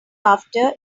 after